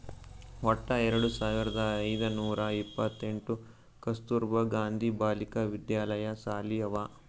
ವಟ್ಟ ಎರಡು ಸಾವಿರದ ಐಯ್ದ ನೂರಾ ಎಪ್ಪತ್ತೆಂಟ್ ಕಸ್ತೂರ್ಬಾ ಗಾಂಧಿ ಬಾಲಿಕಾ ವಿದ್ಯಾಲಯ ಸಾಲಿ ಅವಾ